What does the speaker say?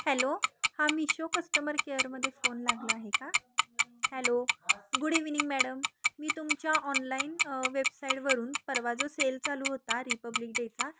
hello हा Meesho customer केअरमध्ये phone लागला आहे का हॅलो गुड इव्हनिंग मॅडम मी तुमच्या ऑनलाईन वेबसाईडवरून परवा जो सेल चालू होता रिपब्लिक डेचा